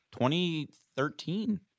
2013